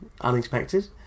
unexpected